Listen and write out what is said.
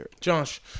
josh